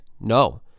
No